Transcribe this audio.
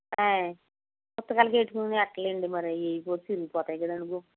అయి పుస్తకాలకి వేసుకునికి అట్టలు ఇవ్వండి మరి చిరిగిపోతాయి కదండీ బుక్స్